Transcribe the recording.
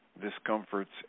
discomforts